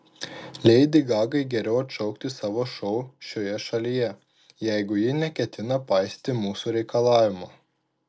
leidi gagai geriau atšaukti savo šou šioje šalyje jeigu ji neketina paisyti mūsų reikalavimo